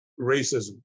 racism